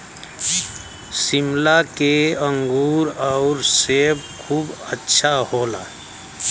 शिमला के अंगूर आउर सेब खूब अच्छा होला